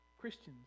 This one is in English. christians